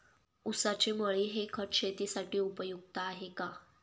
ऊसाची मळी हे खत शेतीसाठी उपयुक्त आहे का?